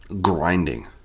grinding